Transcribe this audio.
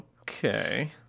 okay